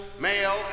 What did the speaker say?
male